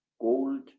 gold